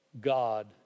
God